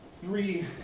Three